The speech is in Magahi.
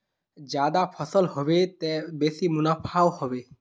ज्यादा फसल ह बे त बेसी मुनाफाओ ह बे